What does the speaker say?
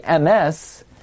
MS